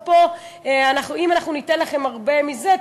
אם ניתן לכם הרבה מזה,